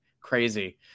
Crazy